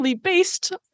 based